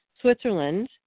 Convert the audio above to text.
Switzerland